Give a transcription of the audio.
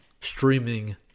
streaming